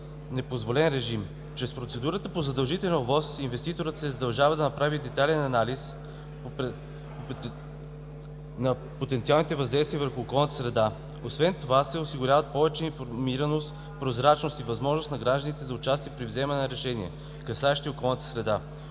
непозволен режим. Чрез процедурата по задължителна ОВОС инвеститорът се задължава да направи детайлен анализ на потенциалните въздействия върху околната среда, освен това се осигурява повече информираност, прозрачност и възможност на гражданите за участие при вземане на решенията, касаещи околната среда.